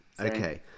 Okay